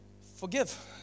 forgive